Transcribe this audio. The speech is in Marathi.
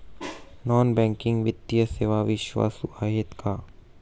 नॉन बँकिंग वित्तीय सेवा विश्वासू आहेत का?